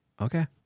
Okay